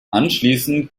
anschließend